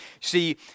See